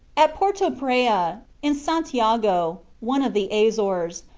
at porto praya, in st. jago, one of the azores,